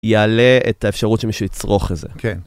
יעלה את האפשרות שמישהו יצרוך את זה. כן.